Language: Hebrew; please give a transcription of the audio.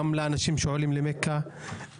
גם לאנשים שעולים למכה,